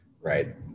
right